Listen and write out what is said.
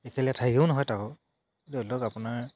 একেলেথাৰিও নহয় তাকো ধৰি লওক আপোনাৰ